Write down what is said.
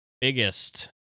biggest